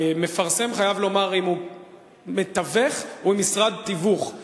המפרסם חייב לומר אם הוא מתווך או ממשרד תיווך,